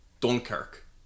Dunkirk